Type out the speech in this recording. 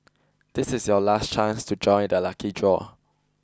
this is your last chance to join the lucky draw